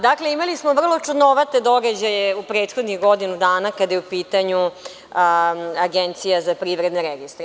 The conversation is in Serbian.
Dakle, imali smo vrlo čudnovate događaje u prethodnih godinu dana kada je u pitanju Agencija za privredne registre.